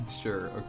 sure